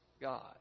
God